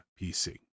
PC